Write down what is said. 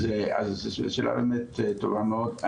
אז זאת שאלה באמת טובה מאוד,